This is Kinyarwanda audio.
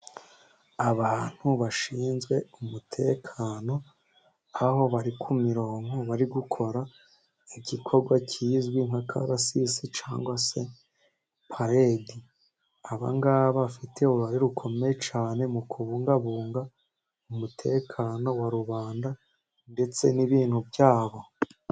Abantu bashinzwe umutekano aho bari ku mirongo bari gukora igikorwa kizwi nka karasisi cyangwa se palede, abangaba bafite uruhare rukomeye cyane mu kubungabunga umutekano wa rubanda ndetse n'ibintu byabo.